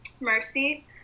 mercy